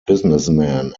businessman